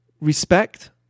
respect